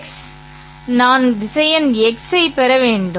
́x நான் திசையன் ́x ஐப் பெற வேண்டும்